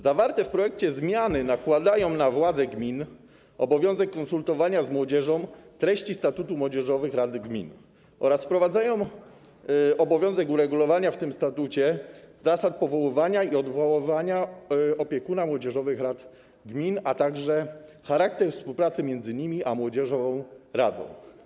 Zawarte w projekcie zmiany nakładają na władze gmin obowiązek konsultowania z młodzieżą treści statutu młodzieżowych rad gmin oraz wprowadzają obowiązek uregulowania w tym statucie zasad powoływania i odwoływania opiekuna młodzieżowych rad gmin, a także charakteru współpracy między nimi a młodzieżową radą.